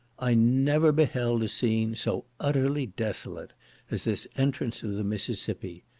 i never beheld a scene so utterly desolate as this entrance of the mississippi.